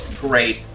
great